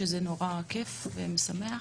שזה נורא כיף ומשמח,